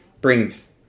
brings